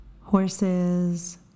horses